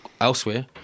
elsewhere